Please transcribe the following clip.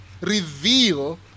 reveal